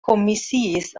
komisiis